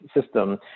system